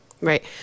Right